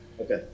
Okay